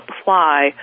apply